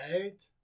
right